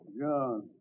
John